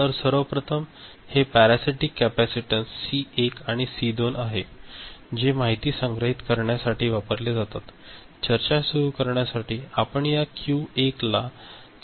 तर सर्वप्रथम हे पॅरासिटिक कॅपेसिटन्स सी 1 आणि सी 2 आहे जे माहिती संग्रहित करण्यासाठी वापरले जातात चर्चा सुरू करण्यासाठी आपण या Q1 ला चालू असे विचारात घेत आहोत